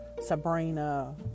Sabrina